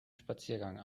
spaziergang